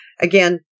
Again